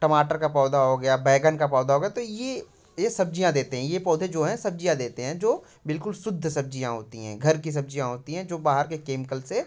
टमाटर का पौधा हो गया बैगन का पौधा हो गया तो ये ये सब्जियाँ देते हैं ये पौधे जो हैं सब्जियाँ देते हैं जो बिल्कुल शुद्ध सब्जियाँ होती हैं घर की सब्जियाँ होती हैं जो बाहर के केमिकल से